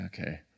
okay